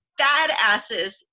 badasses